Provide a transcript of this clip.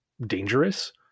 dangerous